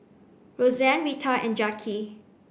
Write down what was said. Roxane Reta and Jacki